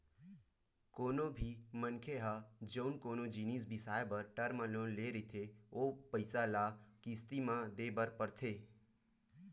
कोनो भी मनखे ह जउन कोनो जिनिस बिसाए बर टर्म लोन ले रहिथे ओला पइसा ल किस्ती म देय बर परथे